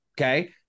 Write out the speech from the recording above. okay